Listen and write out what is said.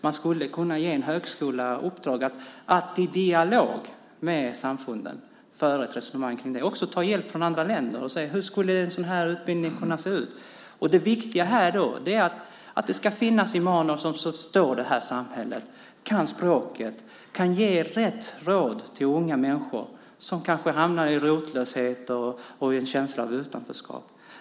Man skulle kunna ge högskolan i uppdrag att i dialog med samfunden föra ett resonemang kring det och ta hjälp från andra länder för att se hur en sådan utbildning skulle kunna se ut. Det viktiga är att det ska finnas imamer som förstår det här samhället, kan språket, kan ge rätt råd till unga människor som kanske hamnar i rotlöshet eller i en känsla av utanförskap.